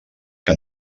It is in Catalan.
que